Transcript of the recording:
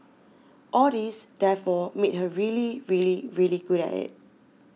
all this therefore made her really really really good at it